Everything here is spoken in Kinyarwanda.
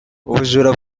ubujura